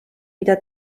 mida